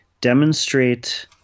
demonstrate